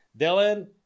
Dylan